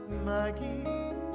Maggie